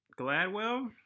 gladwell